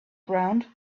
ground